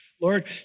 Lord